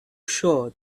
sure